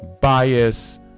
bias